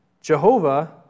Jehovah